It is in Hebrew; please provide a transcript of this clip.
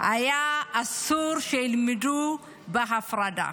היה אסור שילמדו בהפרדה.